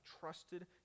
trusted